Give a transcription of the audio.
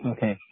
Okay